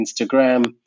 Instagram